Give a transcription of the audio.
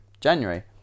January